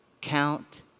Count